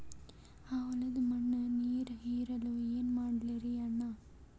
ಆ ಹೊಲದ ಮಣ್ಣ ನೀರ್ ಹೀರಲ್ತು, ಏನ ಮಾಡಲಿರಿ ಅಣ್ಣಾ?